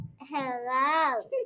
Hello